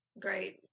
great